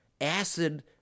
acid